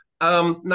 Now